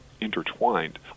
intertwined